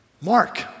Mark